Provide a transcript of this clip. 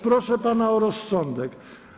Proszę pana o rozsądek.